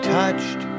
touched